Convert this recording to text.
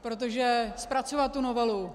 Protože zpracovat tu novelu...